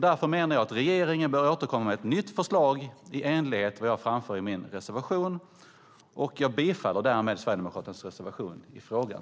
Därför menar jag att regeringen bör återkomma med ett nytt förslag i enlighet med vad jag framför i min reservation. Jag yrkar därmed bifall till Sverigedemokraternas reservation i frågan.